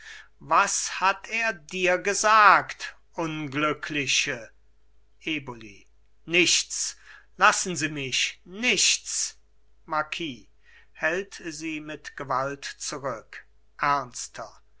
was hat er dir gesagt unglückliche eboli nichts lassen sie mich nichts marquis hält sie mit gewalt zurück